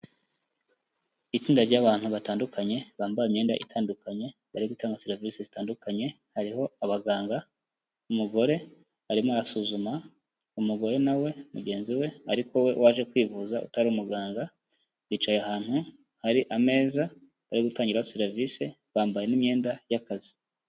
Itsinda ry'abantu batandukanye bambaye imyenda itandukanye, bari gutanga serivisi zitandukanye, hariho abaganga umugore arimo arasuzuma, umugore na we mugenzi we ariko we waje kwivuza utari umuganga, bicaye ahantu hari ameza bari gutangiraho serivisi, bambaye n'imiyenda y'akazi.